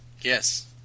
yes